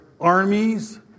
armies